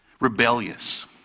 rebellious